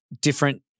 different